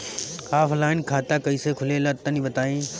Offline खाता कइसे खुलेला तनि बताईं?